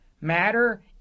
Matter